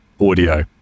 audio